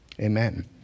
Amen